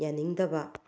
ꯌꯥꯅꯤꯡꯗꯕ